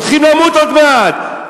הולכים למות עוד מעט,